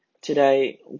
Today